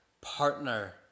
partner